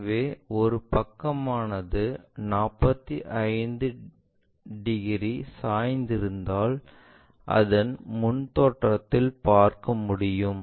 எனவே ஒரு பக்கமானது 45 டிகிரி சாய்ந்திருந்தாள் அதை முன் தோற்றத்தில் பார்க்க முடியும்